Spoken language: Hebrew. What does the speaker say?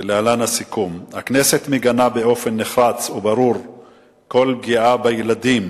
ולהלן הסיכום: 1. הכנסת מגנה באופן נחרץ וברור כל פגיעה בילדים